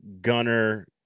Gunner